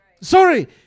Sorry